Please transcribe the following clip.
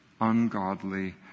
ungodly